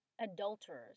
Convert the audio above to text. Adulterers